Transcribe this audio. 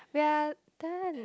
we're done